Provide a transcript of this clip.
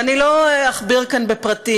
ואני לא אכביר כאן בפרטים,